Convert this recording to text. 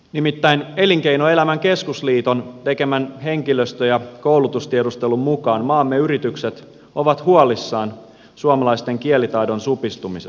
nimittäin elinkeinoelämän keskusliiton tekemän henkilöstö ja koulutustiedustelun mukaan maamme yritykset ovat huolissaan suomalaisten kielitaidon supistumisesta